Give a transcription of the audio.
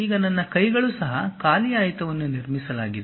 ಈಗ ನನ್ನ ಕೈಗಳು ಸಹ ಖಾಲಿ ಆಯತವನ್ನು ನಿರ್ಮಿಸಲಾಗಿದೆ